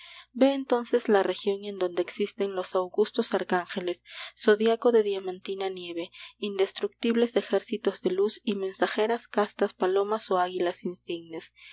ve entonces la región en donde existen los augustos arcángeles zodíaco de diamantina nieve indestructibles ejércitos de luz y mensajeras castas palomas o águilas insignes